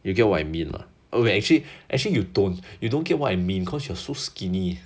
you get what you mean or not okay actually actually you don't you don't get what you mean cause you're so skinny